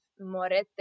morete